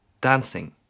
dancing